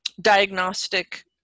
diagnostic